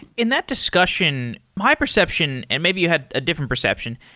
in that discussion, my perception, and maybe you had a different perception,